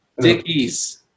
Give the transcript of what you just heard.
Dickies